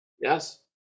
yes